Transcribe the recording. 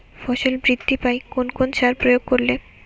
ফসল বৃদ্ধি পায় কোন কোন সার প্রয়োগ করলে?